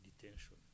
detention